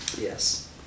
Yes